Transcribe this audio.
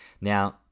Now